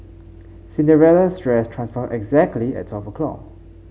Cinderella's dress transformed exactly at twelve o'clock